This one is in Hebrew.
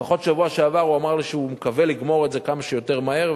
לפחות בשבוע שעבר הוא אמר לי שהוא מקווה לגמור את זה כמה שיותר מהר,